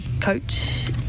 coach